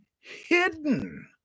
hidden